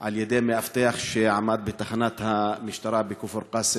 על ידי מאבטח שעמד בתחנת המשטרה בכפר קאסם.